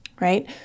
right